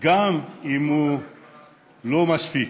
שגם אם זה לא מספיק,